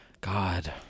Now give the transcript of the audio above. God